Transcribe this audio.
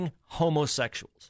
homosexuals